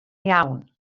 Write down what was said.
iawn